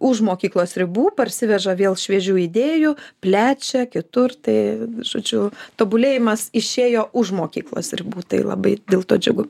už mokyklos ribų parsiveža vėl šviežių idėjų plečia kitur tai žodžiu tobulėjimas išėjo už mokyklos ribų tai labai dėl to džiugu